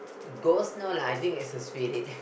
ghost no lah I think it's a spirit